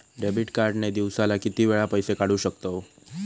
Debit card ने दिवसाला किती वेळा पैसे काढू शकतव?